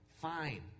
Fine